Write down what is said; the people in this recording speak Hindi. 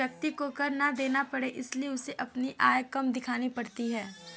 व्यक्ति को कर ना देना पड़े इसलिए उसे अपनी आय कम दिखानी पड़ती है